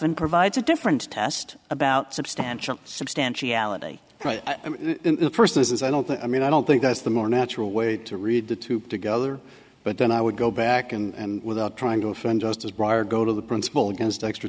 and provides a different test about substantial substantiality right first this is i don't i mean i don't think that's the more natural way to read the two together but then i would go back and without trying to offend just as briar go to the principal against extra